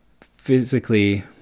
Physically